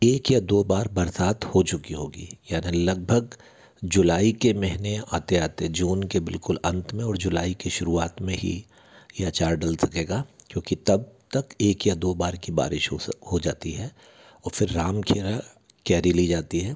एक या दो बार बरसात हो चुकी होगी यानी लगभग जुलाई के महिना आते आते जून के बिल्कुल अंत में और जुलाई की शुरूआत में ही ये अचार डल सकेगा क्योंकि तब तक एक या दो बार की बारिश हो सक हो जाती है और फिर राम खेला कैरी ली जाती है